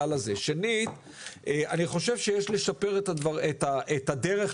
ב-18:00 בערב אתם מעבירים את כל הטפסים